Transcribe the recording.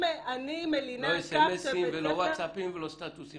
לא סמ"סים ולא ואטסאפים ולא סטטוסים.